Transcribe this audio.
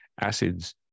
acids